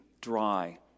dry